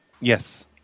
Yes